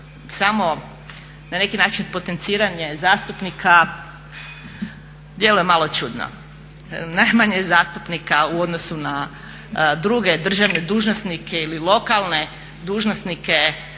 samo na neki način potenciranje zastupnika djeluje malo čudno. Najmanje je zastupnika u odnosu na druge državne dužnosnike ili lokalne dužnosnike,